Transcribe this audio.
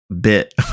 bit